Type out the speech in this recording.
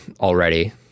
already